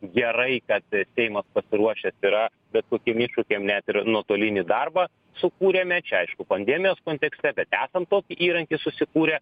gerai kad seimas pasiruošęs yra bet kokiem iššūkiam net ir nuotolinį darbą sukūrėme čia aišku pandemijos kontekste kad esam tokį įrankį susikūrę